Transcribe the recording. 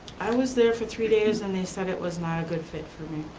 i was there for three days and they said it was not a good fit for me.